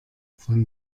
von